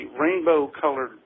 rainbow-colored